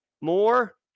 more